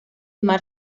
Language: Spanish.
mar